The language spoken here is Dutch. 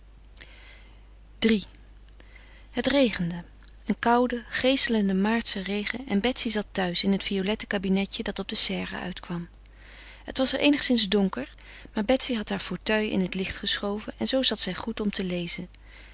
iii het regende een koude geeselende maartsche regen en betsy zat thuis in het violette kabinetje dat op de serre uitkwam het was er eenigszins donker maar betsy had haar fauteuil in het licht geschoven en zoo zat zij goed om te lezen